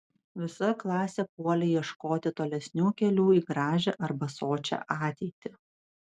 visa klasė puolė ieškoti tolesnių kelių į gražią arba sočią ateitį